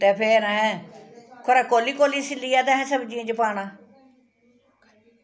ते फिर असें खरै कोली कोली छिल्लियै ते असें सब्जियें च पाना